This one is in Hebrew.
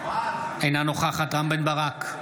אינה נוכחת רם בן ברק,